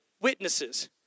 witnesses